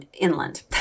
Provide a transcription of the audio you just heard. inland